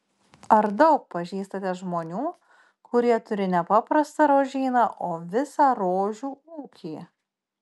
ar daug pažįstate žmonių kurie turi ne paprastą rožyną o visą rožių ūkį